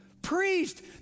Priest